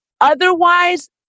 otherwise